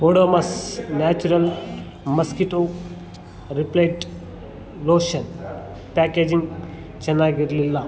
Odomos natural mosquito repellent lotion packaging ಚೆನ್ನಾಗಿರಲಿಲ್ಲ